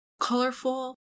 colorful